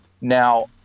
Now